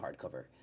hardcover